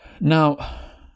now